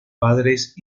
padres